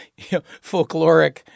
folkloric